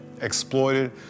exploited